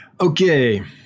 Okay